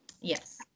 Yes